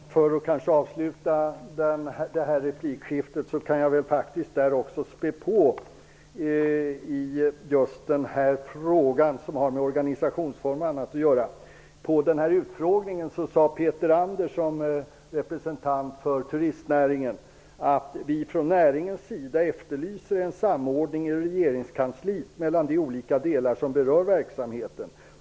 Herr talman! Jag kanske kan avsluta det här replikskiftet genom att tala något ytterligare om just den fråga som har med organisationsformer och annat att göra. ''Vi från näringens sida efterlyser en samordning i regeringskansliet mellan de olika delar som berör verksamheten.